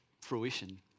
fruition